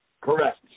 Correct